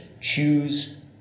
choose